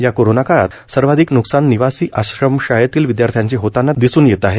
या कोरोनाकाळात सर्वाधिक न्कसान निवासी आश्रमशाळेतील विदयार्थ्यांचे होतांना दिसून येत आहे